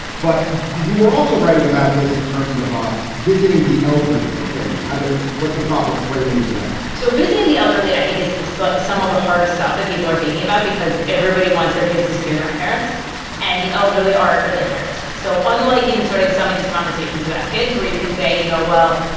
but you were also writing about this in terms of ah visiting the elderly, the framing how to what the proper framing for that so visiting the elderly, i think, is is some of the hardest stuff that people are thinking about because everybody wants their kids to see their grandparents and the elderly are really high risk. so unlike in sort of the some of these conversations about kids where you can say, you know, well,